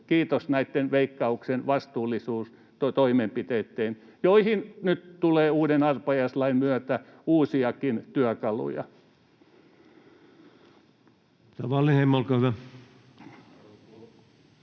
kiitos näitten Veikkauksen vastuullisuustoimenpiteitten, joihin nyt tulee uuden arpajaislain myötä uusiakin työkaluja.